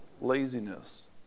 laziness